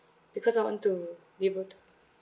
because I want to be able to